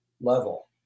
level